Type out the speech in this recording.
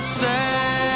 say